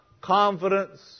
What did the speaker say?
confidence